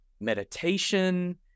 meditation